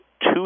two